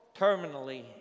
terminally